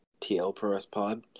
TLProSPod